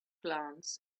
glance